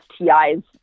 STIs